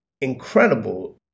incredible